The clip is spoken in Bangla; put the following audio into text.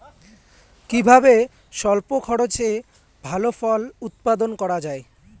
কিভাবে স্বল্প খরচে ভালো ফল উৎপাদন করা যায়?